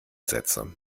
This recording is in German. sätze